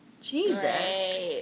Jesus